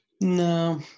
No